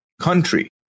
country